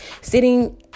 sitting